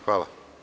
Hvala.